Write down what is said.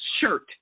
shirt